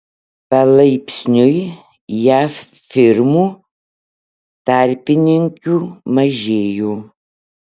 palaipsniui jav firmų tarpininkių mažėjo